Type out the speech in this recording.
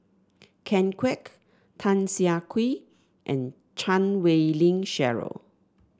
Ken Kwek Tan Siah Kwee and Chan Wei Ling Cheryl